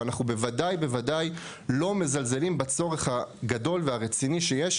ואנחנו ודאי וודאי לא מזלזלים בצורך הגדול והרציני שיש